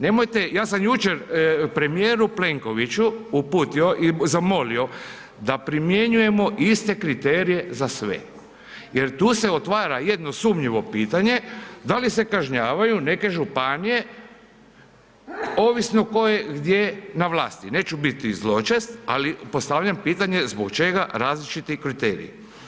Nemojte, ja sam jučer premijeru Plenkoviću uputio i zamolio da primjenjujemo iste kriterije za sve jer tu se otvara jedno sumnjivo pitanje, da li se kažnjavaju neke županije, ovisno koje gdje na vlasti, neću biti zločest, ali postavljam pitanje zbog čega različiti kriteriji.